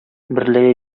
берлеге